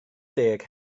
deg